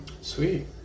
sweet